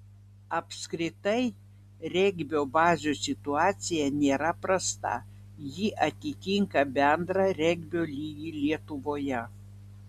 apskritai regbio bazių situacija nėra prasta ji atitinka bendrą regbio lygį lietuvoje